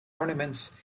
ornaments